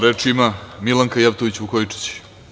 Reč ima Milanka Jevtović Vukojičić.